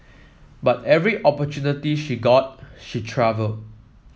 but every opportunity she got she travelled